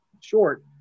short